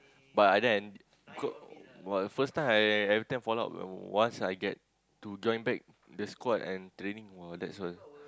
but other than because the first time I fall out once I get the join back the squad and training !wah! that's was